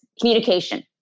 communication